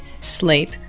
sleep